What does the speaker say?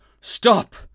Stop